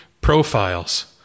profiles